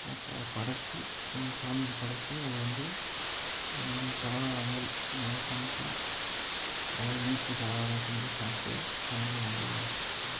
படைத்து அதை சாமிக்கு படைத்து அதை வந்து பலகாரங்கள் எல்லாம் சமைத்து நல்லா இனிப்பு பலகாரம்லாம் செஞ்சு சாப்பிட்டு அன்னைக்கு வந்து